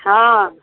हँ